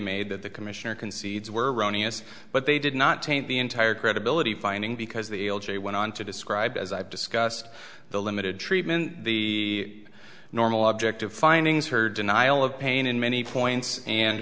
made that the commissioner concedes were erroneous but they did not taint the entire credibility finding because the l g went on to describe as i've discussed the limited treatment the normal object of findings her denial of pain in many points and